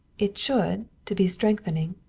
it should, to be strengthening.